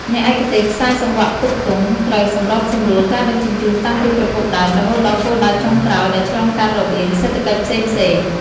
អ្នកឯកទេសខ្សែសង្វាក់ផ្គត់ផ្គង់ ត្រូវសម្របសម្រួលការដឹកជញ្ជូនតាំងពីប្រភពដើមរហូតដល់គោលដៅចុងក្រោយដែលឆ្លងកាត់របៀងសេដ្ឋកិច្ចផ្សេងៗ។